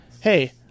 hey